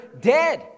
dead